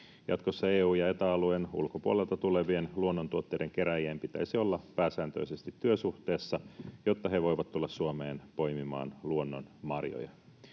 Jatkossa EU- ja Eta-alueen ulkopuolelta tulevien luonnontuotteiden kerääjien pitäisi olla pääsääntöisesti työsuhteessa, jotta he voivat tulla Suomeen poimimaan luonnonmarjoja.